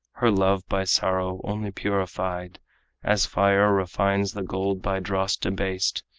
her love by sorrow only purified as fire refines the gold by dross debased,